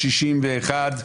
לכן הוצאתי אותה.